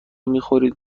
میخورید